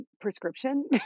prescription